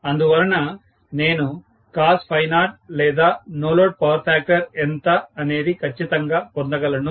అందువలన నేను cos0 లేదా నో లోడ్ పవర్ ఫాక్టర్ ఎంత అనేది ఖచ్చితంగా పొందగలను